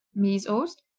mysost,